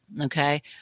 Okay